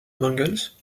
mangles